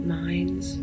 minds